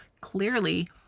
clearly